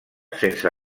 sense